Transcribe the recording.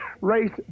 Race